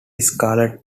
scarlett